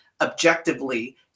objectively